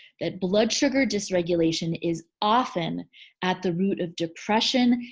that blood sugar dysregulation is often at the root of depression,